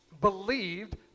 believed